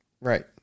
Right